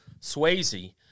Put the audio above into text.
Swayze